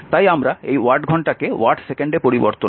তাই আমরা এই ওয়াট ঘন্টাকে ওয়াট সেকেন্ডে পরিবর্তন করছি